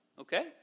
Okay